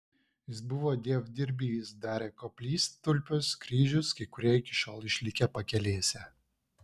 jis buvo dievdirbys darė koplytstulpius kryžius kai kurie iki šiol išlikę pakelėse